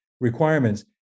requirements